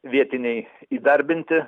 vietiniai įdarbinti